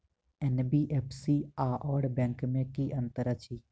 NBFC आओर bank मे की अंतर अछि?